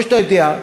כמו שאתה יודע,